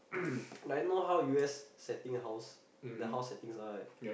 like you know how U_S setting house the house settings are right